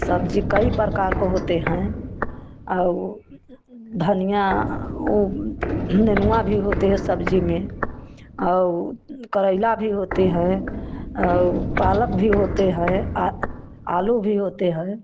सब्जी कई प्रकार का होते हैं और धनिया नेनुआ भी होती है सब्जी में और करेला भी होती है और पालक भी होते हैं आलू भी होते हैं